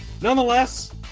nonetheless